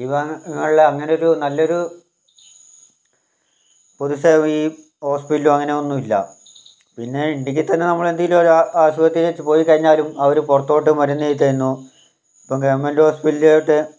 ഈ ഭാഗങ്ങളിൽ അങ്ങനൊരു നല്ലൊരു പൊതുസേവനി ഹോസ്പിറ്റലോ ഒന്നുമില്ല പിന്നെ ഉണ്ടെങ്കിൽ തന്നെ നമ്മൾ എന്തെങ്കിലും ഒരു ആശുപത്രിയിൽ പോയിക്കഴിഞ്ഞാലും അവർ പുറത്തോട്ട് മരുന്നെഴുതിത്തരുന്നൂ ഇപ്പോൾ ഗവൺമെന്റ് ഹോസ്പിറ്റലിലോട്ട്